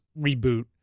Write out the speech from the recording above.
reboot